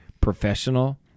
professional